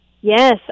Yes